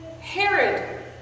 Herod